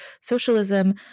socialism